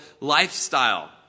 lifestyle